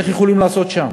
איך יכולים לעשות שם,